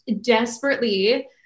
desperately